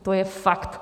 To je fakt.